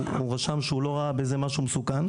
הוא רשם שהוא לא ראה בזה משהו מסוכן,